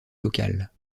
locale